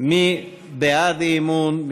מי בעד האי-אמון?